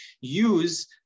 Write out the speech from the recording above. use